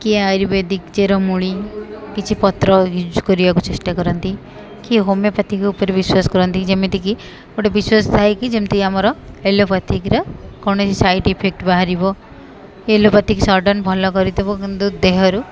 କିଏ ଆୟୁର୍ବେଦିକ ଚେରମୂଳି କିଛି ପତ୍ର ୟୁଜ୍ କରିବାକୁ ଚେଷ୍ଟା କରନ୍ତି କିଏ ହୋମିଓପାଥିକ ଉପରେ ବିଶ୍ୱାସ କରନ୍ତି ଯେମିତିକି ଗୋଟେ ବିଶ୍ୱାସ ଥାଏକି ଯେମିତି ଆମର ଏଲୋପାଥିର କୌଣସି ସାଇଡ଼୍ ଇଫେକ୍ଟ ବାହାରିବ ଏଲୋପାଥି ସଡ଼ନ୍ ଭଲ କରିଥବ କିନ୍ତୁ ଦେହରୁ